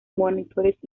monitores